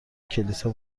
کلیسا